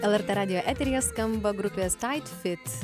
lrt radijo eteryje skamba grupės tait fit